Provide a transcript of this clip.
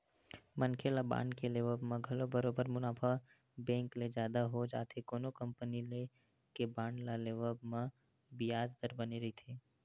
मनखे ल बांड के लेवब म घलो बरोबर मुनाफा बेंक ले जादा हो जाथे कोनो कंपनी के बांड ल लेवब म बियाज दर बने रहिथे